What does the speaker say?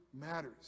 matters